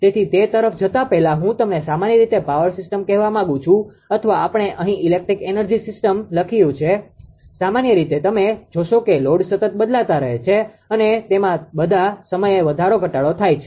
તેથી તે તરફ જતા પહેલા હું તમને સામાન્ય રીતે પાવર સિસ્ટમ કહેવા માગું છુ અથવા આપણે અહીં ઇલેક્ટ્રિક એનર્જી સિસ્ટમ લખ્યું છે સામાન્ય રીતે તમે જોશો કે લોડ સતત બદલાતા રહે છે અને તેમાં બધા સમયે વધારો ઘટાડો થાય છે